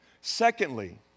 Secondly